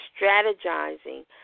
strategizing